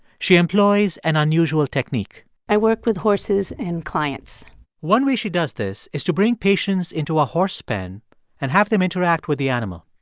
she employs an unusual technique i work with horses and clients one way she does this is to bring patients into a horse pen and have them interact with the animal.